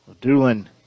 Doolin